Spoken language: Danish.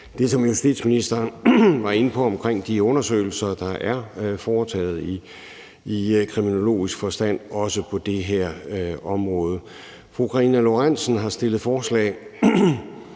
det, som justitsministeren var inde på omkring de undersøgelser, der i kriminologisk forstand er foretaget på det her område. Fru Karina Lorentzen Dehnhardt har